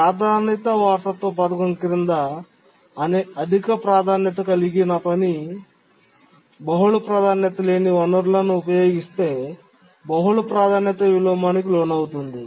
ప్రాధాన్యత వారసత్వ పథకం క్రింద అధిక ప్రాధాన్యత కలిగిన పని బహుళ ప్రాధాన్యత లేని వనరులను ఉపయోగిస్తే బహుళ ప్రాధాన్యత విలోమానికి లోనవుతుంది